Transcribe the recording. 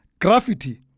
Graffiti